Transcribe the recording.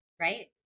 Right